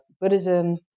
Buddhism